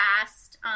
fast